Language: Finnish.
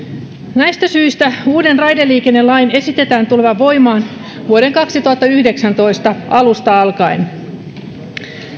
näistä syistä uuden raideliikennelain esitetään tulevan voimaan vuoden kaksituhattayhdeksäntoista alusta alkaen